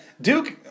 Duke